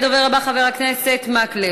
הדובר הבא, חבר הכנסת מקלב.